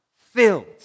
filled